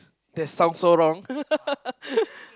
that sound so wrong